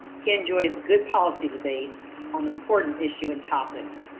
he enjoys good policy debate on important issue and topics,